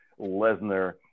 Lesnar